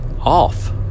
off